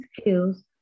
skills